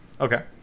Okay